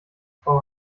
frau